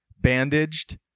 bandaged